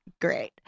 great